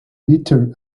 bitter